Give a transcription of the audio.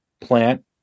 plant